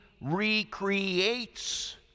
recreates